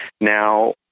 Now